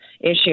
issue